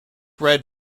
red